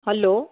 hello